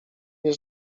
nie